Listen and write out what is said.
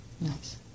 Nice